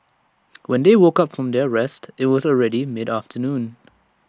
when they woke up from their rest IT was already mid afternoon